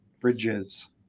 bridges